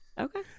okay